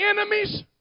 enemies